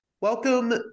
Welcome